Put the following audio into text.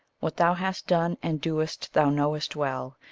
what thou hast done and doest thou know'st well,